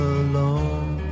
alone